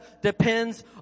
depends